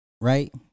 Right